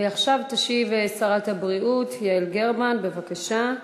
עכשיו תשיב שרת הבריאות יעל גרמן, בבקשה.